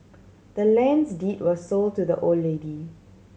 the land's deed was sold to the old lady